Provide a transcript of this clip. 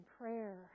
prayer